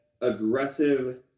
aggressive